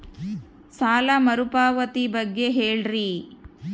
ಸಾಲ ಮರುಪಾವತಿ ಬಗ್ಗೆ ಹೇಳ್ರಿ?